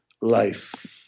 life